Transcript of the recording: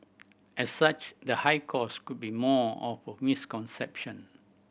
as such the high cost could be more of a misconception